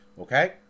Okay